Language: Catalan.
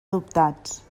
adoptats